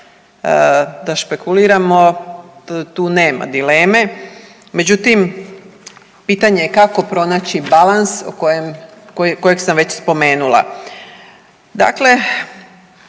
da špekuliramo, tu nema dileme. Međutim, pitanje je kako pronaći balans kojeg sam već spomenula? Dakle